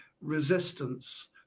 resistance